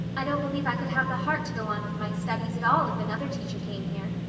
i don't believe i could have the heart to go on with my studies at all if another teacher came here.